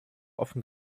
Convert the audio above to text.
offen